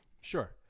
Sure